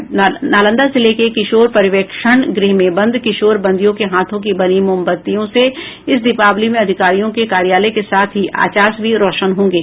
नालंदा जिले के किशोर पर्यवेक्षण गृह में बंद किशोर बंदियों के हाथों की बनी मोमबत्तियां से इस दीपावली में अधिकारियों के कार्यालय के साथ ही आचास भी रौशन होंगे